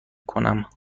کنم